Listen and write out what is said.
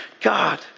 God